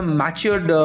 matured